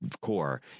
core